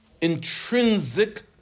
intrinsic